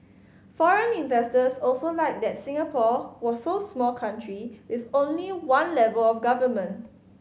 foreign investors also liked that Singapore was so small country with only one level of government